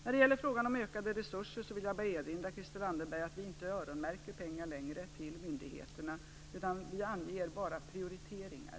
När det gäller frågan om ökade resurser vill jag bara erinra Christel Anderberg om att vi inte längre öronmärker pengar till myndigheterna. Vi anger bara prioriteringar.